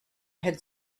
had